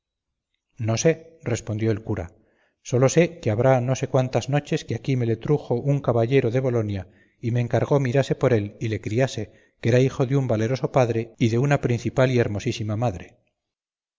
no sé respondió el cura sólo sé que habrá no sé cuántas noches que aquí me le trujo un caballero de bolonia y me encargó mirase por él y le criase que era hijo de un valeroso padre y de una principal y hermosísima madre